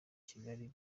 kigali